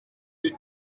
des